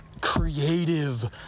creative